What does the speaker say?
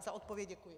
Za odpověď děkuji.